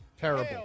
Terrible